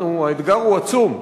האתגר הוא עצום,